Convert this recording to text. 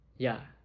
ya